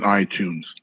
iTunes